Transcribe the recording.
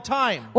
time